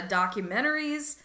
documentaries